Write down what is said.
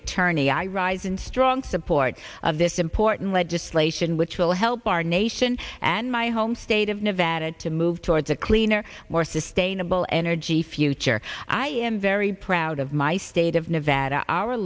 attorney i rise in strong support of this important legislation which will help our nation and my home state of nevada to move towards a cleaner or sustainable energy future i am very proud of my state of nevada our